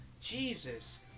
Jesus